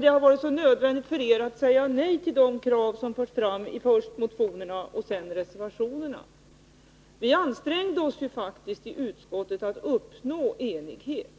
det har varit så nödvändigt för er att säga nej till de krav som fördes fram först i motionerna och sedan i reservationerna. Vi ansträngde oss faktiskt i utskottet att uppnå enighet.